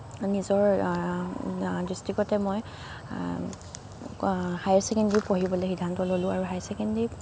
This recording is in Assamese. নিজৰ ডিষ্ট্ৰিকতে মই হায়াৰ ছেকেণ্ডেৰী পঢ়িবলৈ সিদ্ধান্ত ল'লোঁ আৰু হায়াৰ ছেকেণ্ডেৰী